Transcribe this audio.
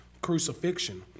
crucifixion